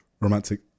romantic